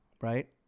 right